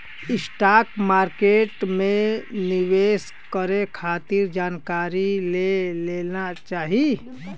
stock market में निवेश करे खातिर जानकारी ले लेना चाही